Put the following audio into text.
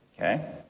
Okay